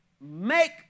Make